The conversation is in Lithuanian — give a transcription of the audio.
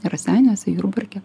raseiniuose jurbarke